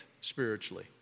Spiritually